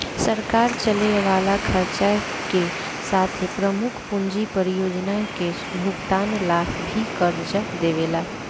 सरकार चले वाला खर्चा के साथे प्रमुख पूंजी परियोजना के भुगतान ला भी कर्ज देवेले